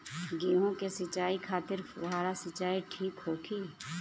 गेहूँ के सिंचाई खातिर फुहारा सिंचाई ठीक होखि?